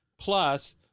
Plus